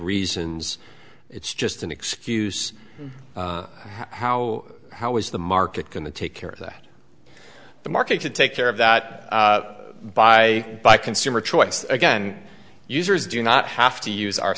reasons it's just an excuse how how is the market going to take care of that the market could take care of that by by consumer choice again users do not have to use our